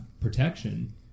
protection